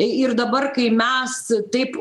ir dabar kai mes taip